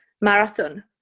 marathon